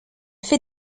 fait